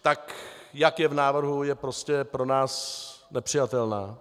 Tak jak je v návrhu, je prostě pro nás nepřijatelná.